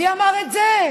מי אמר את זה?